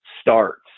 starts